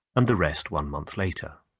and the rest one month later.